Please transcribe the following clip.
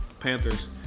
Panthers